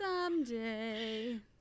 Someday